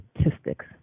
statistics